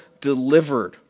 delivered